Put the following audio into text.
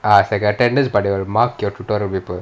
I forgotten this but they will mark your tutorial paper